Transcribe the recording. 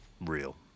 real